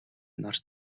нар